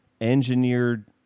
engineered